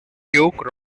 duke